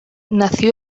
nació